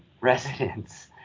residents